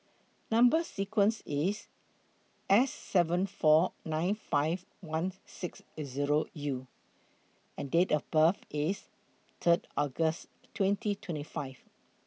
Number sequence IS S seven four nine five one six Zero U and Date of birth IS Third August twenty twenty five